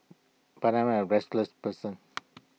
but I'm A restless person